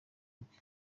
rwe